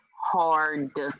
hard